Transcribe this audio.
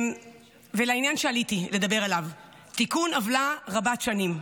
ולעניין שעליתי לדבר עליו, תיקון עוולה רבת שנים,